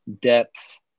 depth